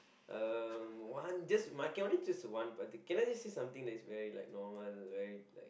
um one just but I can only just choose one particular can I just say something that is very like normal very like